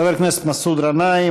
חבר הכנסת מסעוד גנאים.